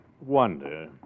wonder